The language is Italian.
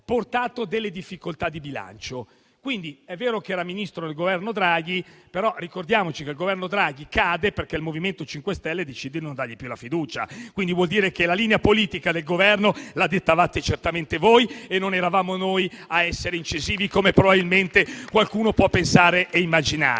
tempo delle difficoltà di bilancio. Quindi è vero che era Ministro del Governo Draghi, però ricordiamoci che il Governo Draghi cade perché il MoVimento 5 Stelle decide di non dargli più la fiducia. Quindi, vuol dire che la linea politica del Governo la dettavate certamente voi e non eravamo noi a essere incisivi, come probabilmente qualcuno può pensare e immaginare.